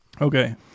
Okay